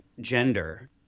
gender